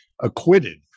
acquitted